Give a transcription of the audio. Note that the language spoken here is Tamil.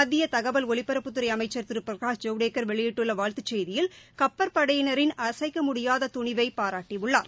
மத்தியதகவல் ஒலிபரப்புத்துறைஅமைச்சர் திருபிரகாஷ் ஜவடேக்கர் வெளியிட்டுள்ளவாழ்த்துச் செய்தியில் கப்பற்படையினரின் அசைக்கமுடியாததுணிவைபாராட்டியுள்ளார்